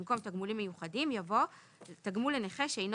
במקום "תגמולים מיוחדים" יבוא "תגמול לנכה שאינו